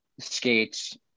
Skates